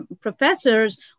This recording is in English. professors